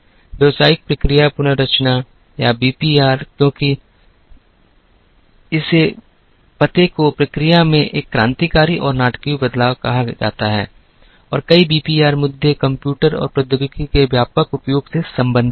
व्यावसायिक प्रक्रिया पुनर्रचना या बीपीआर क्योंकि इसे पते को प्रक्रिया में एक क्रांतिकारी और नाटकीय बदलाव कहा जाता है और कई बीपीआर मुद्दे कंप्यूटर और प्रौद्योगिकी के व्यापक उपयोग से संबंधित थे